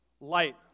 light